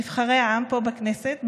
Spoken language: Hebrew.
נבחרי העם פה בכנסת,